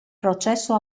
processo